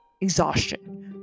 exhaustion